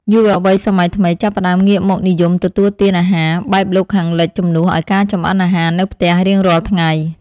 យុវវ័យសម័យថ្មីចាប់ផ្តើមងាកមកនិយមទទួលទានអាហារបែបលោកខាងលិចជំនួសឱ្យការចម្អិនអាហារនៅផ្ទះរៀងរាល់ថ្ងៃ។